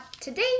today